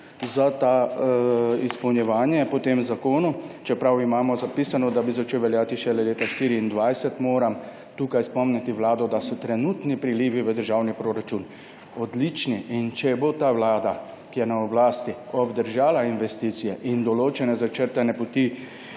za to izpolnjevanje po tem zakonu, čeprav imamo zapisano, da bi začel zakon veljati šele leta 2024. Moram tukaj spomniti vlado, da so trenutni prilivi v državni proračun odlični in če bo ta vlada, ki je na oblasti, obdržala investicije in določene začrtane poti,